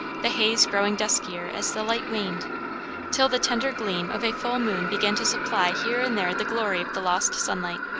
the haze growing duskier as the light waned till the tender gleam of a full moon began to supply here and there the glory of the lost sunlight.